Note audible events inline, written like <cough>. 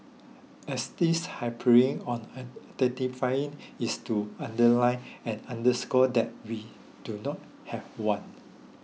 as this harping on <hesitation> identifying is to underline and underscore that we do not have one